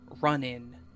run-in